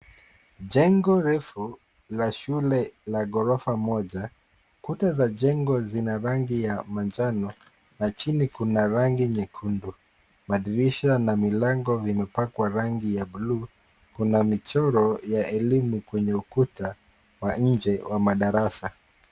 Jengo refu la shule la ghorofa moja, kuta za jengo zina rangi ya manjano na chini kuna rangi nyekundu. Madirisha na milango vimepakwa rangi ya blue . Kuna michoro ya elimu kwenye ukuta wa nje wa madarasa.